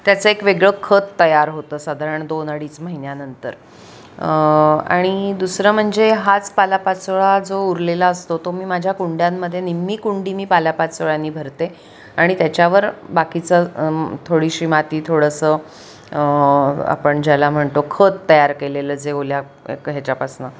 त्याचं एक वेगळं खत तयार होतं साधारण दोन अडीच महिन्यानंतर आणि दुसरं म्हणजे हाच पालापाचोळा जो उरलेला असतो तो मी माझ्या कुंड्यांमधे निम्मी कुंडी मी पाल्यापाचोळ्यानी भरते आणि त्याच्यावर बाकीचं थोडीशी माती थोडंसं आपण ज्याला म्हणतो खत तयार केलेलं जे ओल्या ह्याच्यापासनं